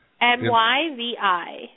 M-Y-V-I